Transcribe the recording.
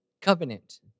Covenant